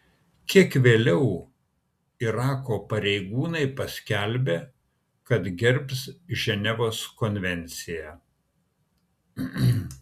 kiek vėliau irako pareigūnai paskelbė kad gerbs ženevos konvenciją